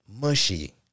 mushy